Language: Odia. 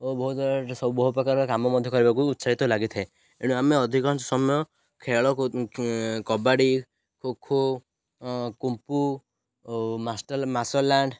ଓ ବହୁତ ସବ ବହୁ ପ୍ରକାରର କାମ ମଧ୍ୟ କରିବାକୁ ଉତ୍ସାହିତ ଲାଗିଥାଏ ଏଣୁ ଆମେ ଅଧିକାଂଶ ସମୟ ଖେଳକୁ କବାଡ଼ି ଖୋଖୋ କୁମ୍ପୁ ଓ ମାସଲ୍ୟାଣ୍ଡ